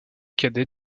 cadet